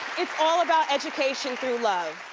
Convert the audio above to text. it's all about education through love.